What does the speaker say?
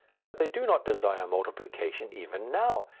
but they do not desire multiplication even now,